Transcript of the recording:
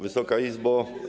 Wysoka Izbo!